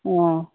অঁ